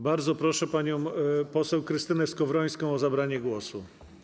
Bardzo proszę panią poseł Krystynę Skowrońską o zabranie głosu.